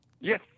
Yes